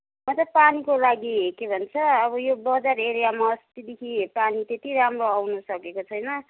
म चाहिँ पानीको लागि के भन्छ अब यो बजार एरियामा अस्तिदेखि पानी त्यति राम्रो आउनु सकेको छैन